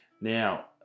now